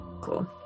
Cool